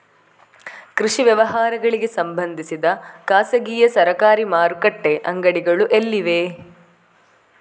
ಕೃಷಿ ವ್ಯವಹಾರಗಳಿಗೆ ಸಂಬಂಧಿಸಿದ ಖಾಸಗಿಯಾ ಸರಕಾರಿ ಮಾರುಕಟ್ಟೆ ಅಂಗಡಿಗಳು ಎಲ್ಲಿವೆ?